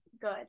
good